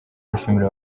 bashimira